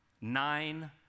Nine